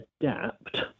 adapt